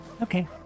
Okay